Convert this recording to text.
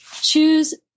choose